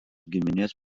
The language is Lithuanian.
giminės